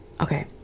okay